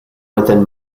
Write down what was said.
within